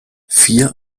vier